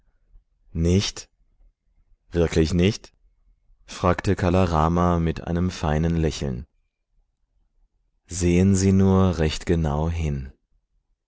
nicht wirklich nicht fragte kala rama mit einem feinen lächeln sehen sie nur recht genau hin